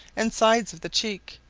and sides of the cheek,